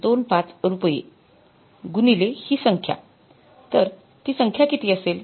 २५ रुपये गुणिले हि संख्या तर ती संख्या किती असेल